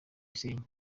gisenyi